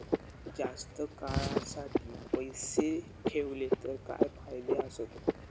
जास्त काळासाठी पैसे ठेवले तर काय फायदे आसत?